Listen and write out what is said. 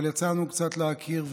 אבל יצא לנו קצת להכיר,